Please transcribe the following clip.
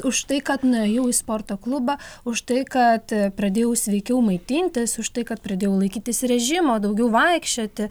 už tai kad nuėjau į sporto klubą už tai kad pradėjau sveikiau maitintis už tai kad pradėjau laikytis režimo daugiau vaikščioti